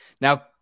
Now